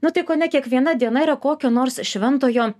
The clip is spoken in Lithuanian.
nu tai kone kiekviena diena yra kokio nors šventojo